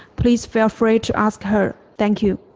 please feel free to ask her. thank you.